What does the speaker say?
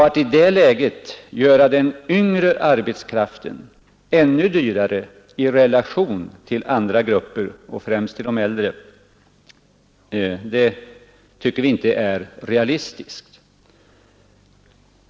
Att i det läget göra den yngre arbetskraften ännu dyrare i relation till andra grupper, främst de äldre, tycker vi inte är realistiskt.